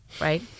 right